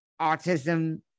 autism